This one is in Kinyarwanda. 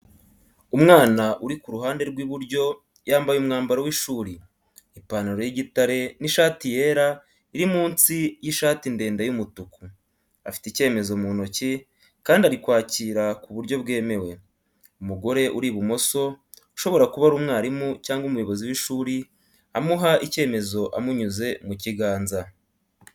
Umwana uri ku ruhande rw’iburyo yambaye umwambaro w’ishuri, ipantalo y’igitare n’ishati yera iri munsi y’ishati ndende y’umutuku, afite icyemezo mu ntoki, kandi ari kwakira ku buryo bwemewe. Umugore uri ibumoso, ushobora kuba ari umwarimu cyangwa umuyobozi w’ishuri amuha icyemezo amunyuze mu kiganza.